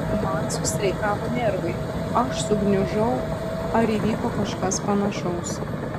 man sustreikavo nervai aš sugniužau ar įvyko kažkas panašaus